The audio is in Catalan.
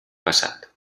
passat